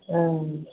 हँ